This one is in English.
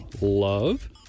love